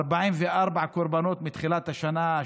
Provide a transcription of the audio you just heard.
44 קורבנות מתחילת השנה,